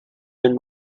than